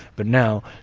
but now,